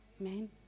Amen